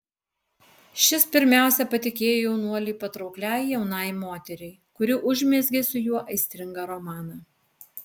šis pirmiausia patikėjo jaunuolį patraukliai jaunai moteriai kuri užmezgė su juo aistringą romaną